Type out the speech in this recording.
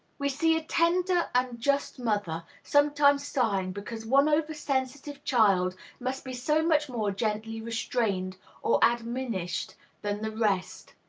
we see a tender and just mother sometimes sighing because one over-sensitive child must be so much more gently restrained or admonished than the rest.